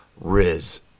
Riz